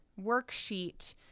worksheet